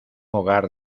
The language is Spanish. hogar